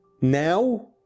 now